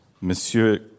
Monsieur